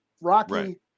Rocky